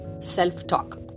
self-talk